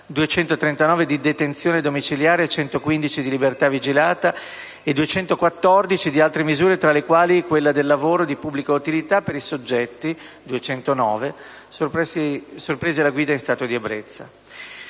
239 di detenzione domiciliare, 115 di libertà vigilata e 214 di altre misure, tra le quali quella del lavoro di pubblica utilità per i soggetti (209) sorpresi alla guida in stato di ebbrezza.